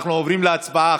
אנחנו עוברים להצבעה.